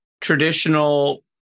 traditional